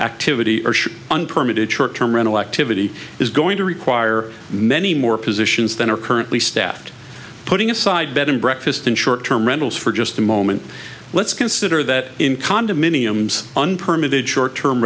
activity or should unpermitted short term mental activity is going to require many more positions than are currently staffed putting aside bed and breakfast in short term rentals for just a moment let's consider that in condominiums unpermitted short term